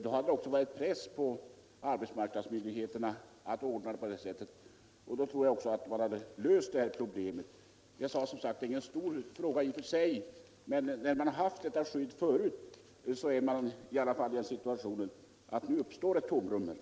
Det hade också utgjort en press på arbetsmarknadsmyndigheterna. Därmed tror jag att man hade löst detta problem. Som jag sade tidigare är detta i och för sig inte någon stor fråga, men för dem som tidigare haft detta skydd och nu mister det kan det uppstå en besvärlig situation.